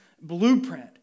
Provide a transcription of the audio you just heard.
blueprint